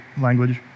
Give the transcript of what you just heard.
language